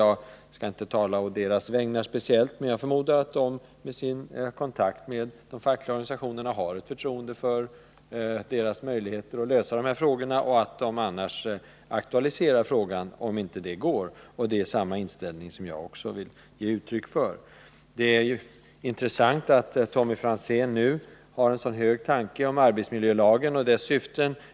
Jag skall inte tala å deras vägnar, men jag förmodar att de, med tanke på sina kontakter med de fackliga organisationerna, har ett förtroende för deras möjlighet att lösa de här frågorna, och att de kommer att aktualisera dem på nytt om det inte lyckas. Det är också den inställning som jag vill ge uttryck för. Det är intressant att Tommy Franzén nu har en så hög tanke om arbetsmiljölagen och dess syften.